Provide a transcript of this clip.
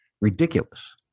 Ridiculous